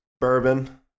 bourbon